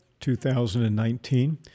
2019